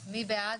מי בעד?